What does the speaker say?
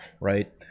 right